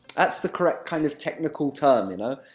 that's the correct kind of technical term, you know.